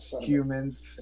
humans